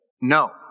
no